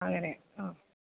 അങ്ങനെ ആ